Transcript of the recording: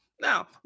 Now